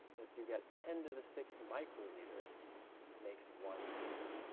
that you get ten to the six microliters makes one liter.